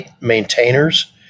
maintainers